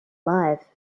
alive